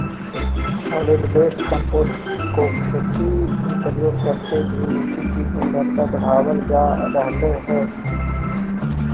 solid waste compost को खेती में प्रयोग करके भी मिट्टी की गुणवत्ता बढ़ावाल जा रहलइ हे